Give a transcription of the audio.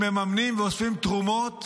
שמממנים ואוספים תרומות